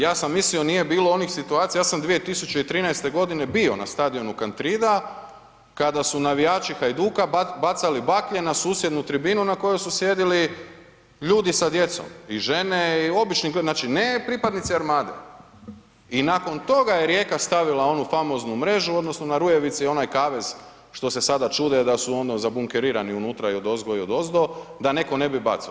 Ja sam mislio nije bilo onih situacija, ja sam 2013. godine bio na stadionu Kantrida kada su navijači Hajduka bacali baklje na susjednu tribinu na kojoj su sjedili ljude sa djecom i žene i obični, znači ne pripadnici Armade i nakon toga je Rijeka stavila onu famoznu mrežu odnosno na Rujevici onaj kavez što se sada čude da su ono zabunkerirani unutra i odozgo i odozdo da netko ne bi bacio.